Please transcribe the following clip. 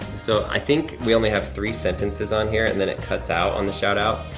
so i think we only have three sentences on here, and then it cuts out on the shout-outs.